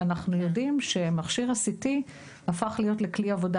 אנחנו יודעים שמכשיר ה-CT הפך להיות לכלי עבודה